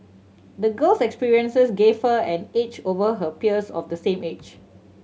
the girl's experiences gave her an edge over her peers of the same age